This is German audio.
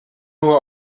nur